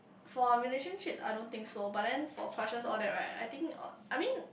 for relationships I don't think so but then for crushes all that right I think I mean